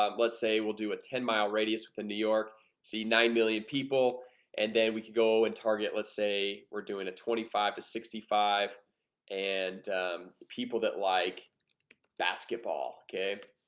um let's say we'll do a ten-mile radius within new york see nine million people and then we could go and target let's say we're doing a twenty five to sixty five and people that like basketball, okay